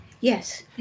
Yes